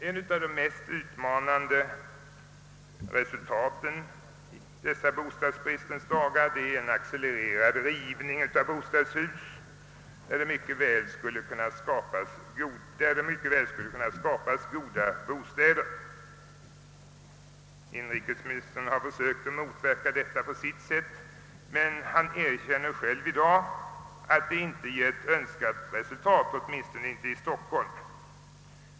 Ett av de mest utmanande resultaten i dessa bostadsbristens dagar är en accelererad rivning av bostadshus, där det mycket väl skulle kunna skapas goda bostäder. Inrikesministern har på sitt sätt försökt motverka detta, men han erkände själv i dag att hans insatser inte givit önskat resultat, åtminstone inte i Stockholm.